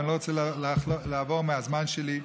ואני לא רוצה לעבור את הזמן שלי.